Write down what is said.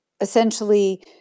essentially